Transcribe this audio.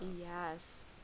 yes